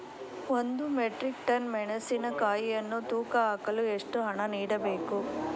ಒಂದು metric ton ಮೆಣಸಿನಕಾಯಿಯನ್ನು ತೂಕ ಹಾಕಲು ಎಷ್ಟು ಹಣ ನೀಡಬೇಕು?